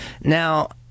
Now